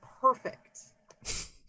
perfect